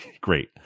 Great